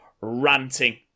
ranting